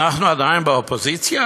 אנחנו עדיין באופוזיציה?